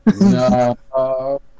No